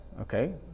Okay